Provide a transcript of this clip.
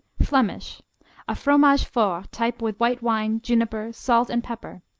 flemish a fromage fort type with white wine, juniper, salt and pepper.